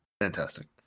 fantastic